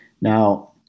Now